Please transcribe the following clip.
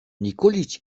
nikoliç